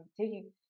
taking